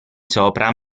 sopra